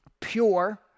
Pure